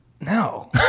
No